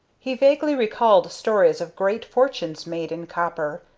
he vaguely recalled stories of great fortunes made in copper,